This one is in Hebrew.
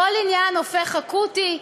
כל עניין הופך אקוטי,